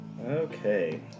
Okay